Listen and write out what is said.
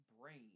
Brain